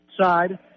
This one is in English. side